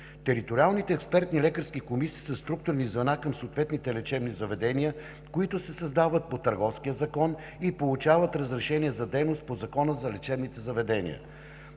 Териториалните експертни лекарски комисии са структурни звена към съответните лечебни заведения, които се създават по Търговския закон и получават разрешение за дейност по Закона за лечебните заведения.